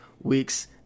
weeks